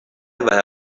never